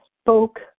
spoke